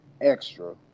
extra